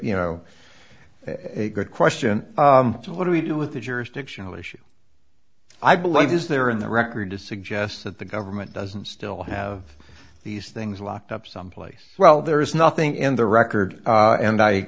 you know a good question to what do we do with the jurisdictional issue i believe is there in the record to suggest that the government doesn't still have these things locked up someplace well there is nothing in the record and i